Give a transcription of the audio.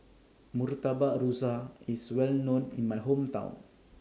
Murtabak Rusa IS Well known in My Hometown